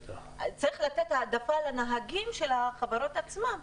צריך לתת העדפה לנהגים של החברות עצמן.